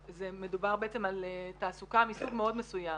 מדובר בעצם על תעסוקה מסוג מאוד מסוים.